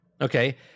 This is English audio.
okay –